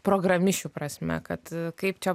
programišių prasme kad kaip čia